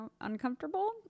uncomfortable